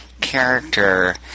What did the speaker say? character